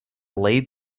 laid